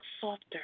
softer